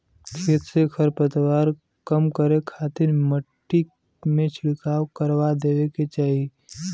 खेत से खरपतवार कम करे खातिर मट्टी में छिड़काव करवा देवे के चाही